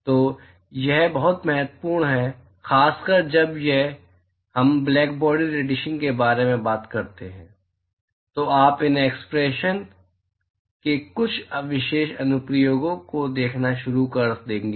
तो यह बहुत महत्वपूर्ण है खासकर जब हम ब्लैकबॉडी रेडिएशन के बारे में बात करते हैं तो आप इन एक्सप्रेशन्स के कुछ विशेष अनुप्रयोगों को देखना शुरू कर देंगे